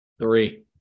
Three